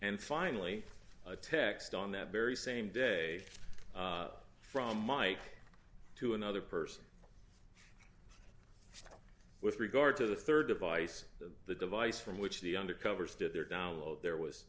and finally a text on that very same day from mike to another person with regard to the rd device the device from which the undercover stood there download there